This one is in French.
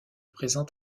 présent